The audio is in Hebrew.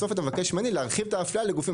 בסוף אתה מבקש ממני להרחיב את האפליה לגופים